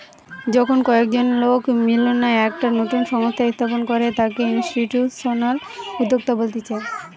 যখন কয়েকজন লোক মিললা একটা নতুন সংস্থা স্থাপন করে তাকে ইনস্টিটিউশনাল উদ্যোক্তা বলতিছে